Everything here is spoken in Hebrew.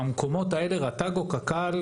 במקומות האלה רט"ג או קק"ל,